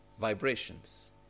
vibrations